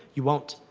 you won't.